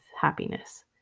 happiness